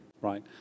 right